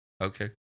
Okay